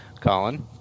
Colin